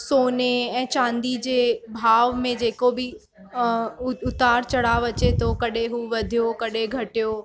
सोने ऐं चांदी जे भाव में जेको बि उतार चड़ाव अचे थो कॾहिं हू वधियो कॾहिं घटियो